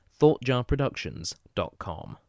thoughtjarproductions.com